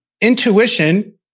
intuition